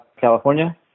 California